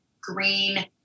green